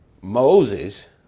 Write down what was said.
Moses